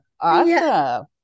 Awesome